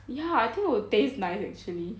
ya I think it would taste nice actually